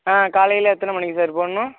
ஆ காலையில எத்தனை மணிக்கு சார் போடுணும்